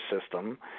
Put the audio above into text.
system